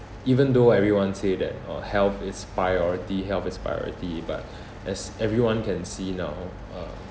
even though everyone say that oh health is priority health is priority but as everyone can see now uh